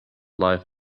life